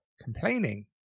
complaining